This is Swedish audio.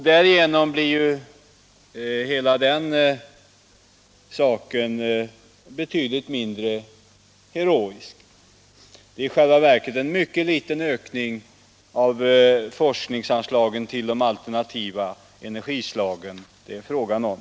Därigenom blir den saken betydligt Torsdagen den mindre heroisk. Det är i själva verket fråga om en mycket liten ökning 14 april 1977 av anslagen till forskning kring alternativa energikällor.